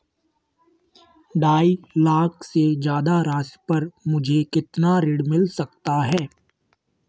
ढाई लाख से ज्यादा राशि पर मुझे कितना ऋण मिल सकता है?